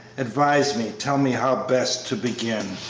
advise me tell me how best to begin!